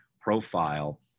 profile